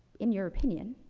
in your opinion,